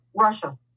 Russia